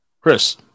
Chris